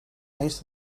eens